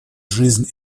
жизнь